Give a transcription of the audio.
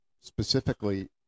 specifically